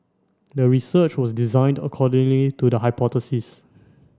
the research was designed accordingly to the hypothesis